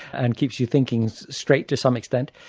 and keeps you thinking straight, to some extent.